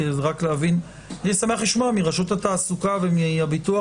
רק להבין הייתי שמח לשמוע מרשות התעסוקה ומהביטוח